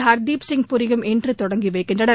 ஹர்தீப் சிங் பூரியும் இன்று தொடங்கி வைக்கின்றனர்